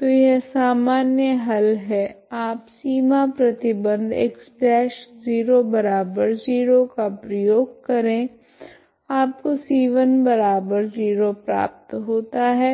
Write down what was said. तो यह सामान्य हल है आप सीमा प्रतिबंध X'0 का प्रयोग करे आपको c10 प्राप्त होता है